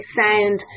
sound